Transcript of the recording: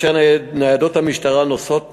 וניידות המשטרה נוסעות